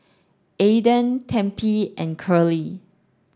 Aaden Tempie and Curley